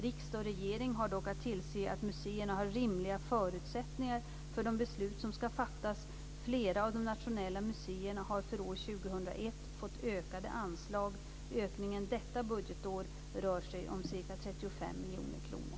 Riksdag och regering har dock att tillse att museerna har rimliga förutsättningar för de beslut som ska fattas. Flera av de nationella museerna har för år 2001 fått ökade anslag. Ökningen detta budgetår rör sig om ca 35 miljoner kronor.